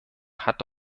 hat